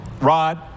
Rod